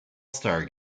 star